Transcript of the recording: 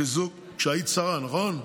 כשהיית שרה, נכון?